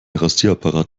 rasierapparat